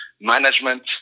management